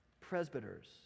presbyters